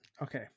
Okay